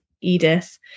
Edith